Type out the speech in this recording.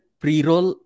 pre-roll